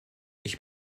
ich